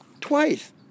Twice